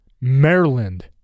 Maryland